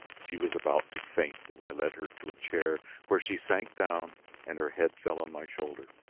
she was about to faint as i led her to a chair where she sank down and her head fell on my shoulder.